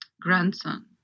grandson